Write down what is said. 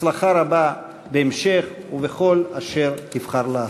הצלחה רבה בהמשך ובכל אשר תבחר לעשות.